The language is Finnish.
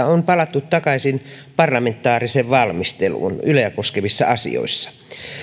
on palattu takaisin parlamentaariseen valmisteluun yleä koskevissa asioissa